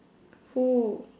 who